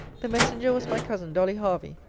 the messenger was my cousin dolly hervey,